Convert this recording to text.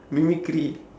mimicry